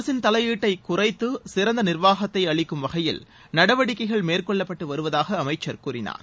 அரசின் தலையீட்ட குறைத்து சிறந்த நீர்வாகத்தை அளிக்கும் வகையில் நடவடிக்கைகள் மேற்கொள்ளப்பட்டு வருவதாக அமைச்சர் கூறினார்